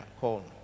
call